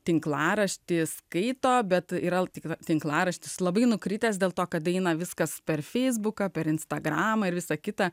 tinklaraštis skaito bet yra tikra tinklaraštis labai nukritęs dėl to kad eina viskas per feisbuką per instagram ir visa kita